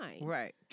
Right